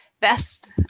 best